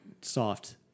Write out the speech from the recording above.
soft